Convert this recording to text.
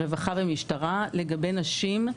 רווחה ומשטרה לגבי נשים,